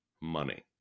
Money